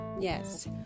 yes